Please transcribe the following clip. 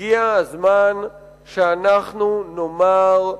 הגיע הזמן שאנחנו נאמר: